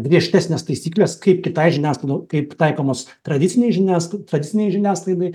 griežtesnės taisyklės kaip kitai žiniasklaidai kaip taikomos tradicinei žiniasklaidai tradicinei žiniasklaidai